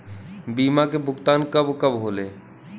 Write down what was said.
बीमा के भुगतान कब कब होले?